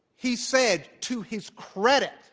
he said, to hiscredit,